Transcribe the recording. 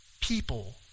people